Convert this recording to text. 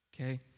Okay